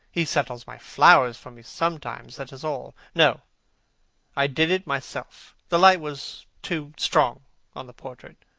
he settles my flowers for me sometimes that is all. no i did it myself. the light was too strong on the portrait.